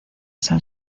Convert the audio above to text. san